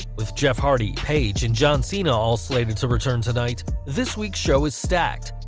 with jeff hardy, paige and john cena all slated to return tonight, this week's show is stacked,